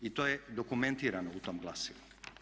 I to je dokumentirano u tom glasilu.